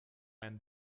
and